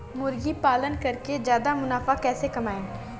मुर्गी पालन करके ज्यादा मुनाफा कैसे कमाएँ?